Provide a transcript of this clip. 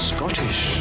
Scottish